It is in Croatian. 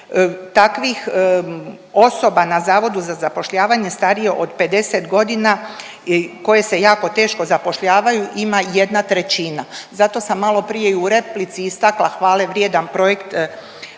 Takvih osoba na Zavodu za zapošljavanje starije od 50 godina koje se jako teško zapošljavaju ima jedna trećina. Zato sam malo prije i u replici istakla hvale vrijedan projekt program